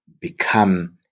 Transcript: become